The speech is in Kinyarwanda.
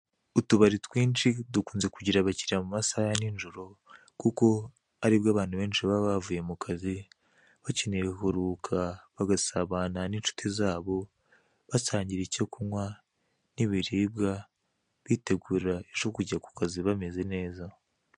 Utubari twinshi dukunze kugira abakiriya mumasaha ya nijoro kuko aribwo abantu benshi baba bavuye mu kazi bakeneye kuruhuka bagasabana nincuti zabo basangira icyo kunkwa nibiribwa bitegura ejo kujya kukazi bameze neza.